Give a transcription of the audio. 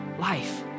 life